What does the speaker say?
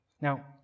Now